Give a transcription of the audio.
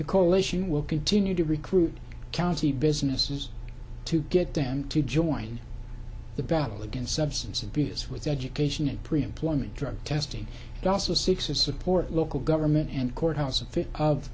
the coalition will continue to recruit county businesses to get them to join the battle against substance abuse with education and pre employment drug testing also seeks to support local government and courthouse a fifth of